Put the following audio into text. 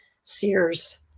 Sears